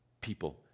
people